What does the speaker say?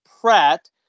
Pratt